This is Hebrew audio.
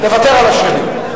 לוותר על השמית.